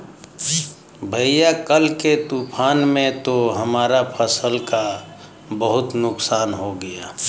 भैया कल के तूफान में तो हमारा फसल का बहुत नुकसान हो गया